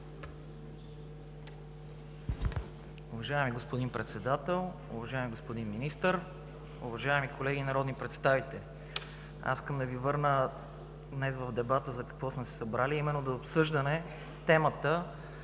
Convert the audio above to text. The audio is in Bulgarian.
Уважаеми господин Председател, уважаеми господин Министър, уважаеми колеги народни представители! Аз искам да Ви върна днес в дебата за какво сме се събрали, а именно за обсъждане на